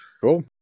cool